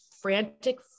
frantic